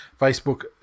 Facebook